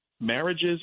marriages